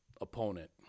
opponent